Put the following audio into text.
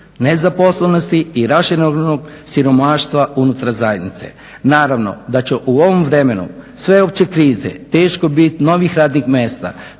nezaposlenosti i raširenog siromaštva unutar zajednice. Naravno, da će u ovom vremenu sveopće krize teško biti novih radnih mjesta